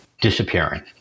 disappearing